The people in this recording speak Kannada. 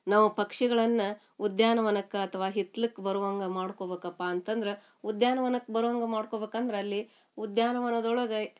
ನಾವು ಪಕ್ಷಿಗಳನ್ನು ಉದ್ಯಾನವನಕ್ಕೆ ಅಥ್ವಾ ಹಿತ್ಲಕ್ಕೆ ಬರುವಂಗೆ ಮಾಡ್ಕೊಬೇಕಪ್ಪಾ ಅಂತಂದ್ರೆ ಉದ್ಯಾನವನಕ್ಕೆ ಬರೋಂಗ ಮಾಡ್ಕೊಬೇಕಂದ್ರೆ ಅಲ್ಲಿ ಉದ್ಯಾನವನದೊಳಗ